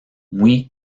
muy